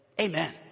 Amen